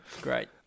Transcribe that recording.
great